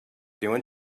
doing